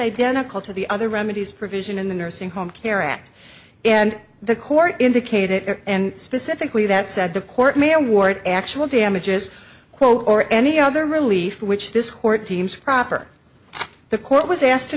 identical to the other remedies provision in the nursing home care act and the court indicated and specifically that said the court may or ward actual damages quote or any other relief which this court team's proper the court was asked to